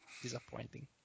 disappointing